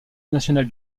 nationale